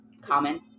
common